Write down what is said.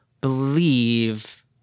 believe